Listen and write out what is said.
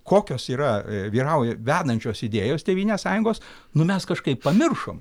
kokios yra vyrau vedančios idėjos tėvynės sąjungos nu mes kažkaip pamiršom